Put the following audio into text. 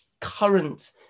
current